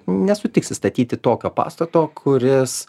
nesutiksi statyti tokio pastato kuris